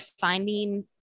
finding